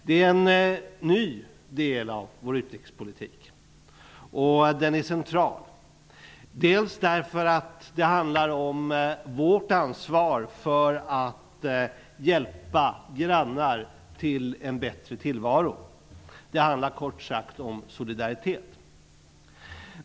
Det är en ny del av vår utrikespolitik, och den är central. Det handlar om vårt ansvar för att hjälpa grannar till en bättre tillvaro -- det handlar kort sagt om solidaritet.